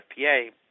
FPA